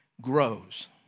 grows